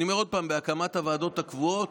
אני אומר עוד פעם, בהקמת הוועדות הקבועות